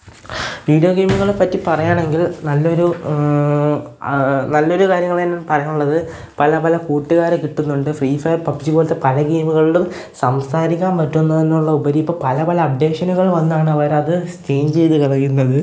video ഗെയിമുകളെ പറ്റി പറയുകയാണെങ്കിൽ നല്ലൊരു നല്ലൊരു കാര്യങ്ങൾ തന്നെ പറയാനുള്ളത് പല പല കൂട്ടുകാരെ കിട്ടുന്നുണ്ട് ഫ്രീ ഫയർ പബ്ജി പോലത്തെ പല ഗെയിമുകളിലും സംസാരിക്കാൻ പറ്റുന്നു എന്നുള്ളതിനുപരി ഇപ്പോൾ പല പല അപ്ഡേഷനുകൾ വന്നാണ് അവരത് ചെയ്ത് കളയുന്നത്